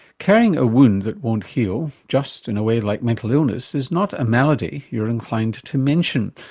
carrying a wound that won't heal just, in a way, like mental illness is not a malady you're inclined to mention.